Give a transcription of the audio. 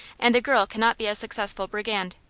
and a girl cannot be a successful brigand.